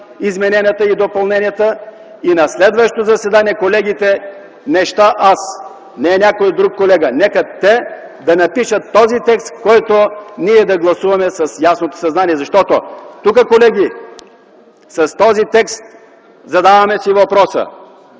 измененията и допълненията и на следващото заседание колегите – не ща аз, не някой друг колега, нека те напишат този текст, който ние да гласуваме с ясно съзнание. Защото, колеги, с този текст си задаваме въпроса: